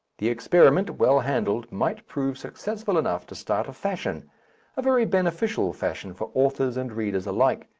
the experiment, well handled, might prove successful enough to start a fashion a very beneficial fashion for authors and readers alike.